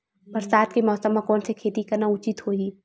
बरसात के मौसम म कोन से खेती करना उचित होही?